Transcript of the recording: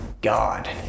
God